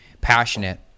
passionate